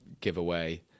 giveaway